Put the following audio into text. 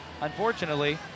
unfortunately